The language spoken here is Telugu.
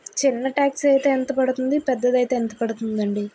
చిన్న టాక్సీ కి ఎంత పడుతుంది పెద్దది అయితే ఎంత పడుతుంది అండి